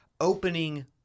opening